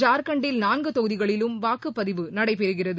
ஜார்க்கண்டில் நான்கு தொகுதிகளிலும் வாக்குப்பதிவு நடைபெறுகிறது